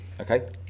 Okay